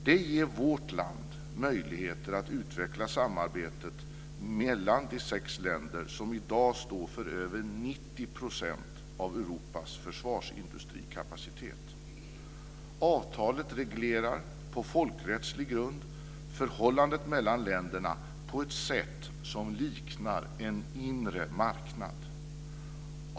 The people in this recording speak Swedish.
Det ger vårt land möjligheter att utveckla samarbetet mellan de sex länder som i dag står för över 90 % av Europas försvarsindustrikapacitet. Avtalet reglerar, på folkrättslig grund, förhållandet mellan länderna på ett sätt som liknar en inre marknad.